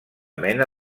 mena